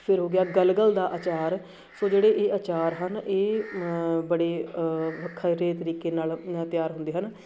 ਫਿਰ ਹੋ ਗਿਆ ਗਲਗਲ ਦਾ ਆਚਾਰ ਸੋ ਜਿਹੜੇ ਇਹ ਅਚਾਰ ਹਨ ਇਹ ਬੜੇ ਵੱਖਰੇ ਤਰੀਕੇ ਨਾਲ ਤਿਆਰ ਹੁੰਦੇ ਹਨ